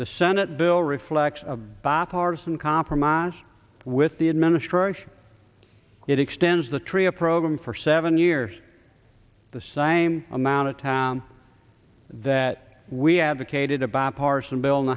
the senate bill reflects a bipartisan compromise with the administration it extends the trio program for seven years the same amount of town that we advocated a bipartisan bil